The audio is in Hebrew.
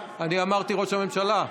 אני אמרתי ראש הממשלה?